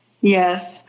yes